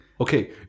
Okay